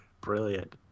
Brilliant